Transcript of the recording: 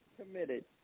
committed